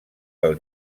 del